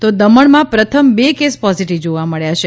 તો દમણમાં પ્રથમ બે કેસ પોઝિટિવ જોવા મબ્યા છે